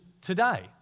today